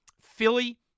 Philly